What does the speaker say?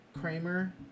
Kramer